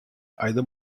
either